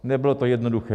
Nebylo to jednoduché.